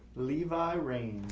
levi rains.